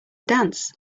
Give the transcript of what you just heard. dance